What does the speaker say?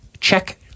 check